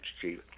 chief